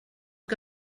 que